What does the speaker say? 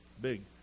big